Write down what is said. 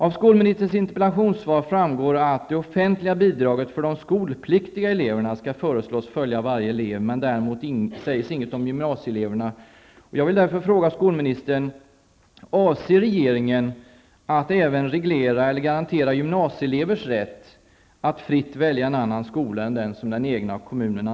Av skolministerns interpellationssvar framgår att det offentliga bidraget för de skolpliktiga eleverna skall föreslås följa varje elev, men däremot sägs inget om gymnasieeleverna.